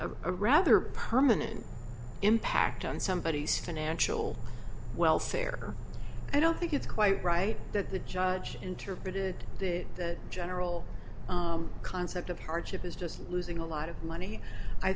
a rather permanent impact on somebodies financial welfare i don't think it's quite right that the judge interpreted the general concept of hardship is just losing a lot of money i